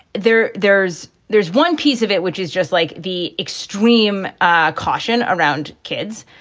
there there's there's one piece of it which is just like the extreme ah caution around kids.